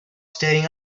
staring